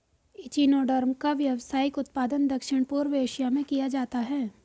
echinoderm का व्यावसायिक उत्पादन दक्षिण पूर्व एशिया में किया जाता है